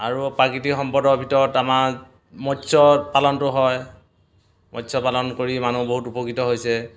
আৰু প্ৰাকৃতিক সম্পদৰ ভিতৰত আমাৰ মৎস পালনটো হয় মৎস্য পালন কৰি মানুহ বহুত উপকৃত হৈছে